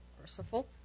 merciful